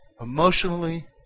emotionally